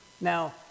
Now